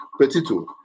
Petito